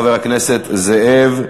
חבר הכנסת זאב,